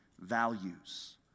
values